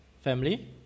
family